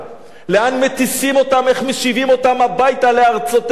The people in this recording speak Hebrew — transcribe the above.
לאן מטיסים אותם ואיך משיבים אותם הביתה לארצותיהם.